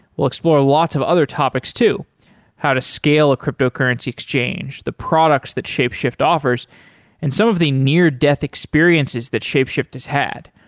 we'll explore lots of other topics too how to scale a cryptocurrency exchange, the products that shapeshift offers and some of the near-death experiences that shapeshift has had.